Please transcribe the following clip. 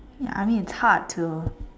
ya I mean it's hard to